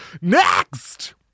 Next